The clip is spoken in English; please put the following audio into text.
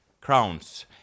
crowns